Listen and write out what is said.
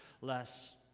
less